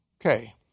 Okay